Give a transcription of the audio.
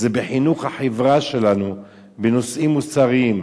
זה בחינוך החברה שלנו בנושאים מוסריים.